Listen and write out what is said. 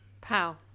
Pow